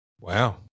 Wow